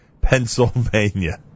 Pennsylvania